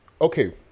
okay